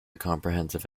comprehensive